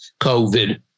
COVID